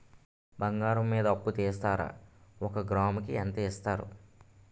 బంగారం మీద అప్పు ఇస్తారా? ఒక గ్రాము కి ఎంత ఇస్తారు?